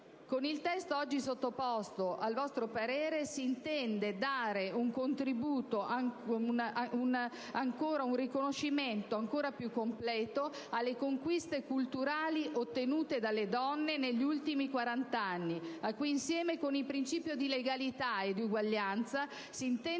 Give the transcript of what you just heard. Con il testo oggi sottoposto al vostro voto si intende dare un ancor più completo riconoscimento alle conquiste culturali ottenute dalle donne negli ultimi quarant'anni, a cui, insieme con i principi di legalità e uguaglianza, si intende